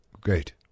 Great